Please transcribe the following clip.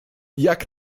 jak